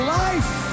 life